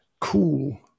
cool